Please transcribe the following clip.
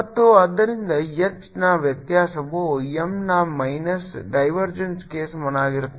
ಮತ್ತು ಆದ್ದರಿಂದ H ನ ವ್ಯತ್ಯಾಸವು M ನ ಮೈನಸ್ ಡೈವರ್ಜೆನ್ಸ್ಗೆ ಸಮನಾಗಿರುತ್ತದೆ